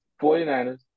49ers